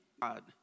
God